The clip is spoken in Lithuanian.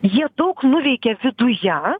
jie daug nuveikė viduje